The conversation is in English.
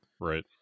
right